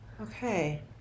Okay